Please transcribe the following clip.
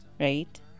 right